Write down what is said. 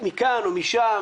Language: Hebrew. מכאן ומשם,